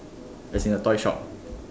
as in the toy shop ah